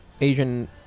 Asian